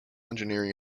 engineering